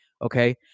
Okay